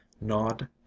nod